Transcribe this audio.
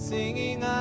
Singing